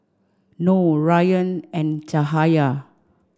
Noh Rayyan and Cahaya